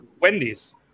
Wendy's